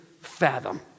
fathom